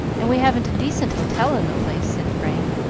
and we haven't a decent hotel in the place, said frank,